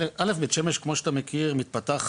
א' בית שמש כמו שאתה מכיר מתפתחת,